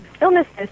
illnesses